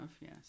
yes